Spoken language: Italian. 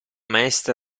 maestra